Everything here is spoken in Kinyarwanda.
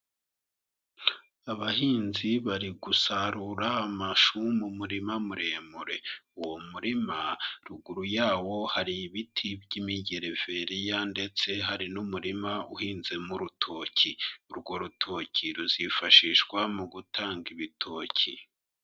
Abahinzi bari gusarura amashu mu murima muremure, uwo murima ruguru yawo hari ibiti by'imigereveriya ndetse hari n'umurima uhinzemo urutoki. Urwo rutoki ruzifashishwa mu gutanga ibitoki.